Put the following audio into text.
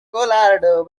colorado